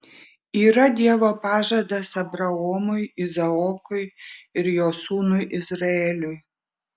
yra dievo pažadas abraomui izaokui ir jo sūnui izraeliui